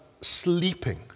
sleeping